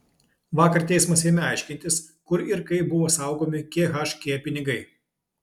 vakar teismas ėmė aiškintis kur ir kaip buvo saugomi khk pinigai